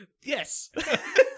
Yes